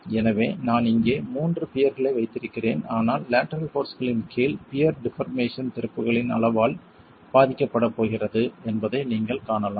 எனவே நான் இங்கே 3 பியர்களை வைத்திருக்கிறேன் ஆனால் லேட்டரல் போர்ஸ்களின் கீழ் பியர் டிபார்மேசன்ஸ் திறப்புகளின் அளவால் பாதிக்கப்படப் போகிறது என்பதை நீங்கள் காணலாம்